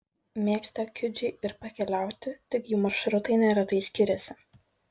mėgsta kiudžiai ir pakeliauti tik jų maršrutai neretai skiriasi